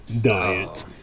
diet